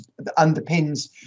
underpins